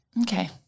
Okay